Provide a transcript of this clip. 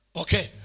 Okay